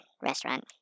restaurant